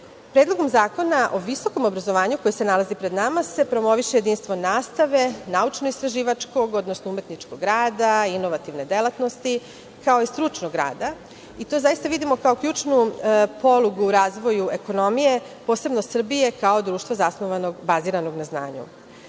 privredom. Predlogom zakona o visokom obrazovanju koji se nalazi pred nama se promoviše jedinstvo nastave, naučno-istraživačkog, odnosno umetničkog rada, inovativne delatnosti kao i stručnog rada. To zaista vidimo ka ključnu polugu u razvoju ekonomije, posebno Srbije kao društvo bazirano na